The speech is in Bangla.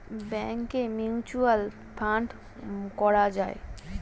ব্যাংকে মিউচুয়াল ফান্ড করা যায়